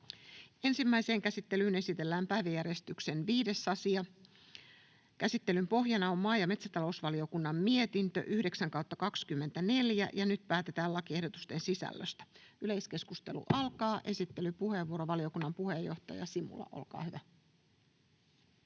Ensimmäiseen käsittelyyn esitellään päiväjärjestyksen 5. asia. Käsittelyn pohjana on maa- ja metsätalousvaliokunnan mietintö MmVM 9/2024 vp. Nyt päätetään lakiehdotusten sisällöstä. — Yleiskeskustelu alkaa. Esittelypuheenvuoro, valiokunnan puheenjohtaja Simula, olkaa hyvä.